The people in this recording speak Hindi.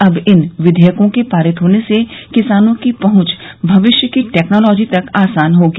अब इन विधेयकों के पारित होने से किसानों की पहुंच भविष्य की टेक्नोलॉजी तक आसान होगी